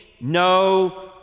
no